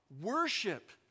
Worship